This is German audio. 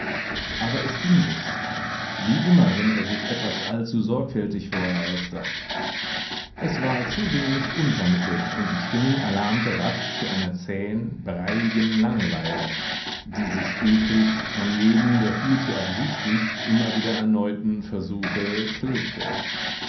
aber es ging nicht wie immer wenn er sich etwas allzu sorgfältig vorher ausdachte es war zu wenig unvermittelt und die stimmung erlahmte rasch zu einer zähen breiigen langeweile die sich eklig an jeden der viel zu absichtlich immer wieder erneuten versuche klebte